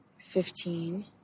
Fifteen